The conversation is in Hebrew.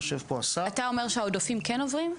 יושב פה השר --- אתה אומר שהעודפים כן עוברים?